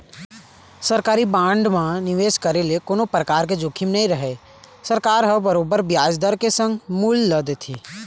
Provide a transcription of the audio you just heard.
सरकारी बांड म निवेस करे ले कोनो परकार के जोखिम नइ रहय सरकार ह बरोबर बियाज दर के संग मूल ल देथे